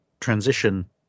transition